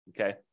okay